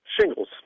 shingles